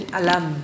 alam